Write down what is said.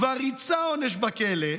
כבר ריצה עונש בכלא,